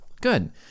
Good